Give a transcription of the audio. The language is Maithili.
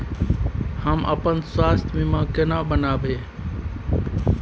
हम अपन स्वास्थ बीमा केना बनाबै?